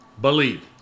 believe